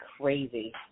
crazy